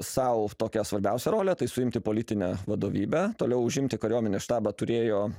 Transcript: sau tokią svarbiausią rolę tai suimti politinę vadovybę toliau užimti kariuomenės štabą turėjo